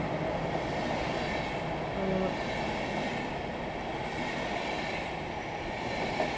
ᱚᱜ